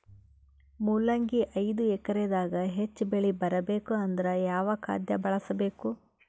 ಮೊಲಂಗಿ ಐದು ಎಕರೆ ದಾಗ ಹೆಚ್ಚ ಬೆಳಿ ಬರಬೇಕು ಅಂದರ ಯಾವ ಖಾದ್ಯ ಬಳಸಬೇಕು?